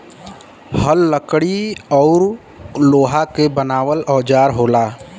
हल लकड़ी औरु लोहा क बनावल औजार होला